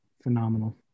phenomenal